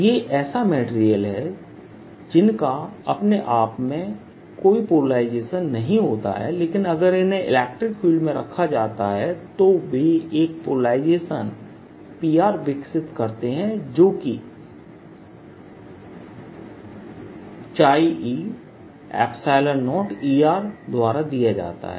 ये ऐसा मटेरियल हैं जिनका अपने आप में कोई पोलराइजेशन नहीं होता है लेकिन अगर उन्हें इलेक्ट्रिक फील्ड में रखा जाता है तो वे एक पोलराइजेशन Prविकसित करते हैं जो किe0E द्वारा दिया जाता है